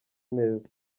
neza